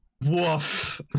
woof